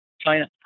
China